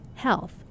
health